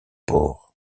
pores